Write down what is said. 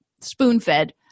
spoon-fed